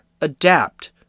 adapt